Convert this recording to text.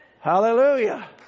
Hallelujah